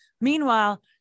Meanwhile